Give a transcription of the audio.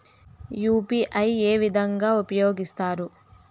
UPI ఏ విధంగా ఉపయోగిస్తారు?